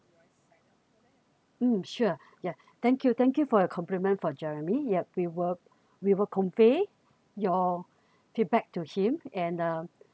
mm sure yeah thank you thank you for your compliment for jeremy yup we will we will convey your feedback to him and um